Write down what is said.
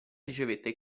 ricevette